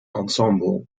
ensemble